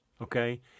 okay